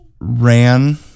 ran